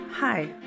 Hi